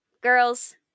girls